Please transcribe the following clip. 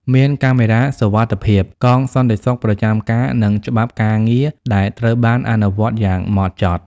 មានកាមេរ៉ាសុវត្ថិភាព កងសន្តិសុខប្រចាំការ និងច្បាប់ការងារដែលត្រូវបានអនុវត្តយ៉ាងម៉ត់ចត់។